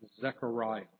Zechariah